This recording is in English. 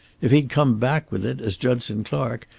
if he'd come back with it, as judson clark,